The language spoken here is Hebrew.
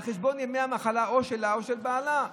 על חשבון ימי המחלה או שלה או של בעלה.